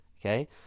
Okay